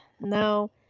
No